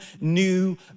new